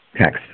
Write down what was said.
Next